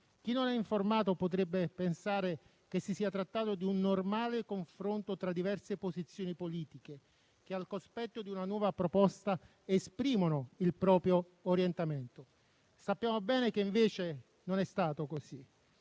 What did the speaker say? Chi non è informato potrebbe pensare che si sia trattato di un normale confronto tra diverse posizioni politiche che, al cospetto di una nuova proposta, esprimono il proprio orientamento. Sappiamo bene che, invece, non è stato così.